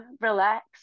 relax